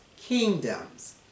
kingdoms